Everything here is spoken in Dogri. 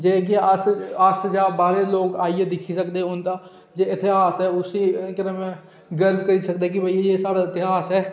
जेह् किअस ते बाह्रे दे लोक आइयै दिक्खी सकदे उं'दा इतिहास ऐ उसी केह् नाम ऐ गर्व करी सकदे कि एह् साढ़ा इतिहास ऐ